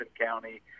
County